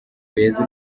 beza